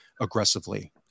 aggressively